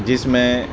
جس میں